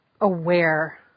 aware